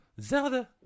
zelda